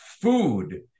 food